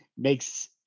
makes